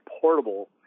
portable